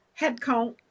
headcount